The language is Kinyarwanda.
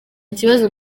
kibazo